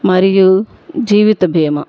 మరియు జీవిత బీమా